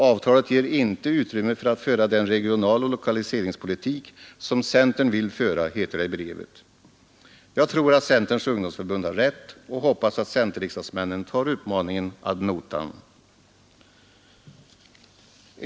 Avtalet ger inte utrymme för att föra den regionaloch lokaliseringspolitik som centern vill föra.” Jag tror att centerns ungdomsförbund har rätt och hoppas att centerriksdagsmännen tar uppmaningen ad notam.